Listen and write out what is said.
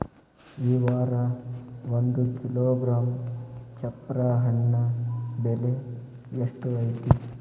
ಈ ವಾರ ಒಂದು ಕಿಲೋಗ್ರಾಂ ಚಪ್ರ ಹಣ್ಣ ಬೆಲೆ ಎಷ್ಟು ಐತಿ?